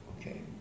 Okay